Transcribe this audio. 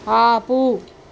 ఆపు